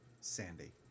Sandy